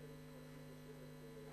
המעוגן בחוק או בתקנות,